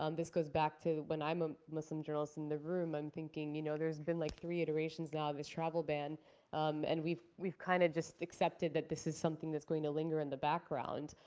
um this goes back to when i'm a muslim journalist in the room, i'm thinking you know there's been like three iterations, now, of his travel ban um and we've we've kind of just accepted that this is something that's going to linger in the background.